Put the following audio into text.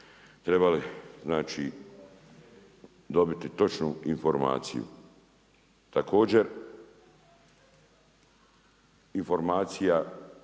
trebali dobiti točnu informaciju. Također informacija